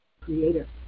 creator